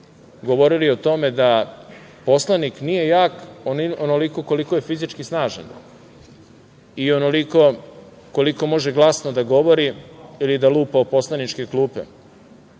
govorili o tome da poslanik nije jak onoliko koliko je fizički snažan i onoliko koliko može glasno da govori ili da lupa o poslaničke klupe.